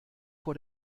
vor